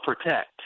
protect